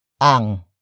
Ang